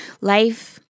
life